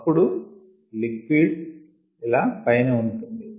అప్పుడు లిక్విడ్ ఇలా పైన ఉంటుంది